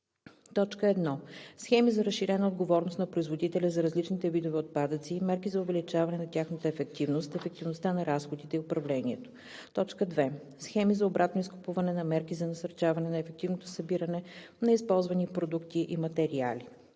като: 1. схеми за разширена отговорност на производителя за различните видове отпадъци и мерки за увеличаване на тяхната ефективност, ефективността на разходите и управлението; 2. схеми за обратно изкупуване и мерки за насърчаване на ефективното събиране на използвани продукти и материали;